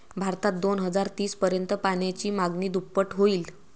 भारतात दोन हजार तीस पर्यंत पाण्याची मागणी दुप्पट होईल